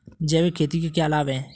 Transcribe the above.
जैविक खेती के क्या लाभ हैं?